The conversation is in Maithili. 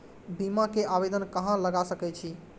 बीमा के आवेदन कहाँ लगा सके छी?